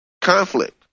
conflict